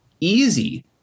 easy